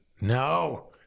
No